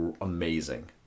amazing